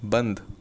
بندھ